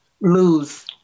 lose